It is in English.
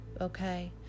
okay